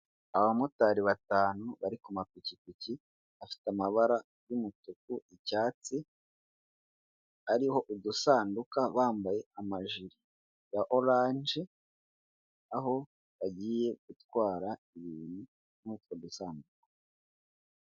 Abamotari batanu bari ku mapikipiki, afite amabara y'umutuku, icyatsi, ariho udusanduka bambaye amajire ya orange, aho bagiye gutwara ibintu mu two dusanduka.